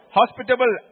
hospitable